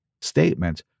statement